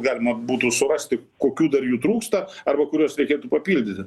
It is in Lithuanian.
galima būtų surasti kokių dar jų trūksta arba kuriuos reikėtų papildyti